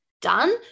done